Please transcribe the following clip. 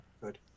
good